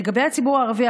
לגבי הציבור הערבי,